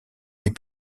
les